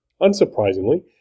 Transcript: unsurprisingly